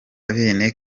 bene